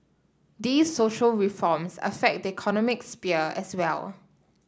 these social reforms affect the economic sphere as well